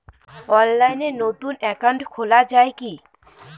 অনলাইনে নতুন একাউন্ট খোলা য়ায় কি?